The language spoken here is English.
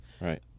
right